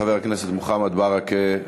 חבר הכנסת מוחמד ברכה,